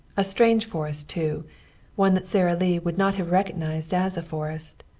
a strange forest, too one that sara lee would not have recognised as a forest.